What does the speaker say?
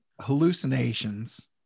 hallucinations